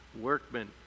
workmen